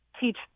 teach